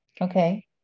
Okay